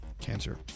Cancer